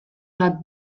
bat